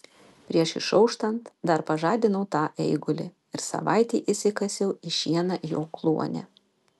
prieš išauštant dar pažadinau tą eigulį ir savaitei įsikasiau į šieną jo kluone